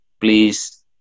please